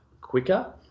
quicker